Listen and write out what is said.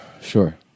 Sure